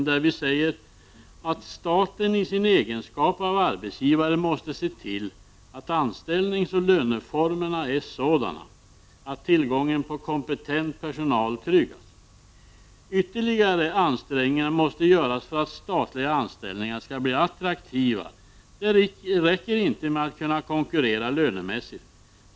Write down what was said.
Vi uttalar där att staten i sin egenskap av arbetsgivare måste se till att anställningsoch löneformerna är sådana att tillgången på kompetent personal tryggas. Ytterligare ansträngningar måste göras för att statliga anställningar skall bli attraktiva. Det räcker inte med att kunna konkurrera lönemässigt.